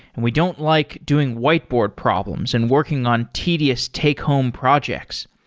and we don't like doing whiteboard problems and working on tedious take home projects.